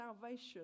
salvation